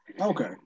Okay